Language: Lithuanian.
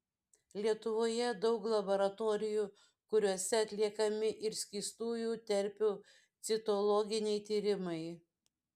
lietuvoje daug laboratorijų kuriose atliekami ir skystųjų terpių citologiniai tyrimai